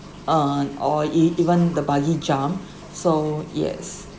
uh or e~ even the bungee jump so yes